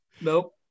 Nope